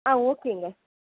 ஆ ஓகேங்க